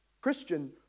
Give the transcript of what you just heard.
Christian